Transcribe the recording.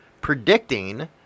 predicting